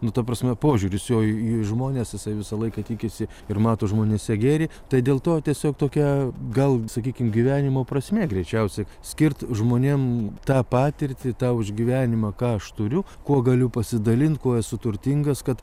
nu ta prasme požiūris jo į žmones jisai visą laiką tikisi ir mato žmonėse gėrį tai dėl to tiesiog tokia gal sakykim gyvenimo prasmė greičiausia skirt žmonėm tą patirtį tą užgyvenimą ką aš turiu kuo galiu pasidalint kuo esu turtingas kad